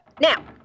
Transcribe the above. Now